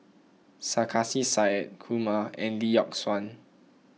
Sarkasi Said Kumar and Lee Yock Suan